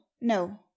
no